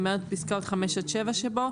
למעט פסקאות (5) עד (7) שבו,"